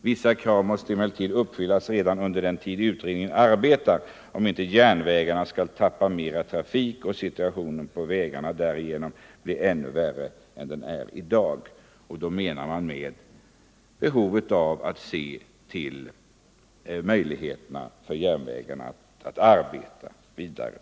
Vissa krav måste emellertid uppställas redan under den tid utredningen arbetar om inte järnvägarna skall tappa mer trafik och situationen på vägarna därigenom blir ännu värre än den är i dag.” Då menar man bl.a. kravet på att se till att järnvägarna får möjlighet att arbeta vidare.